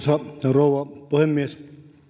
rouva puhemies